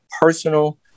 personal